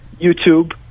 YouTube